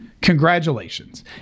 Congratulations